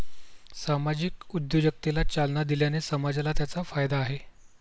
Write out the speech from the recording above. सामाजिक उद्योजकतेला चालना दिल्याने समाजाला त्याचा फायदा आहे